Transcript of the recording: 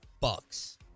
bucks